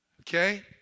Okay